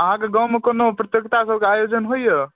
अहाँके गावँमे कोनो प्रतियोगिता सबके आयोजन होइया